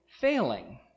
failing